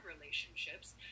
relationships